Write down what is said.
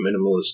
minimalist